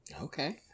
Okay